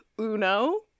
Uno